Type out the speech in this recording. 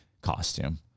costume